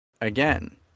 Again